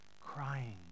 crying